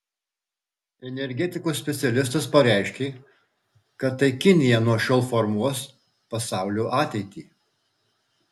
energetikos specialistas pareiškė kad tai kinija nuo šiol formuos pasaulio ateitį